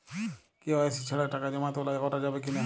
KYC ছাড়া টাকা জমা তোলা করা যাবে কি না?